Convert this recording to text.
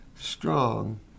strong